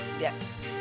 Yes